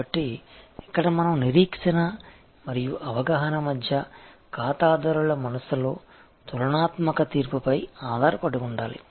కాబట్టి ఇక్కడ మనం నిరీక్షణ మరియు అవగాహన మధ్య ఖాతాదారుల మనస్సులో తులనాత్మక తీర్పుపై ఆధారపడాలి